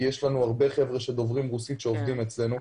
כי יש לנו הרבה חבר'ה דוברי רוסית שעובדים אצלנו.